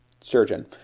surgeon